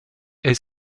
est